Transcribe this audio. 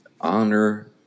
honor